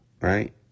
right